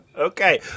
Okay